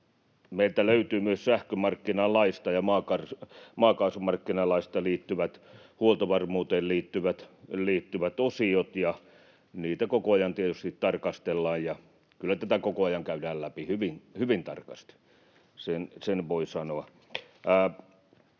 Meiltä löytyy myös sähkömarkkinalaista ja maakaasumarkkinalaista huoltovarmuuteen liittyvät osiot, ja niitä koko ajan tietysti tarkastellaan, ja kyllä tätä koko ajan käydään läpi hyvin tarkasti, sen voi sanoa.